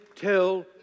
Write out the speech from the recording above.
tell